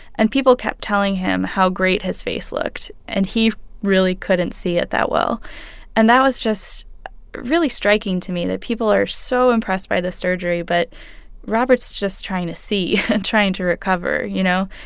and people kept telling him how great his face looked, and he really couldn't see it that well and that was just really striking to me, that people are so impressed by the surgery, but robert's just trying to see and trying to recover, you know.